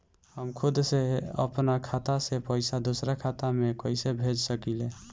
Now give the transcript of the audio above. हम खुद से अपना खाता से पइसा दूसरा खाता में कइसे भेज सकी ले?